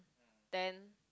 then